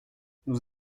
nous